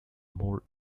more